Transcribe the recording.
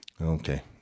Okay